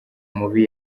mubi